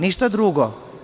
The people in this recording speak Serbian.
Ništa drugo.